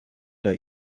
der